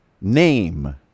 name